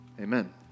Amen